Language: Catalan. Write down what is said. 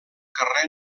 carrer